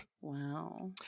Wow